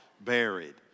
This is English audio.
Buried